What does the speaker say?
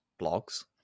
blogs